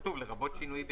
כתוב: לרבות שינוי בתנאיה.